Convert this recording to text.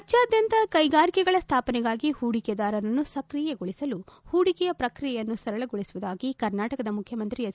ರಾಜ್ಞಾದ್ಯಂತ ಕೈಗಾರಿಕೆಗಳ ಸ್ಲಾಪನೆಗಾಗಿ ಪೂಡಿಕೆದಾರರನ್ನು ಸ್ತ್ರಿಯಗೊಳಿಸಲು ಪೂಡಿಕೆಯ ಪ್ರಕ್ರಿಯೆಯನ್ನು ಸರಳಗೊಳಿಸುವುದಾಗಿ ಕರ್ನಾಟಕದ ಮುಖ್ಯಮಂತ್ರಿ ಎಚ್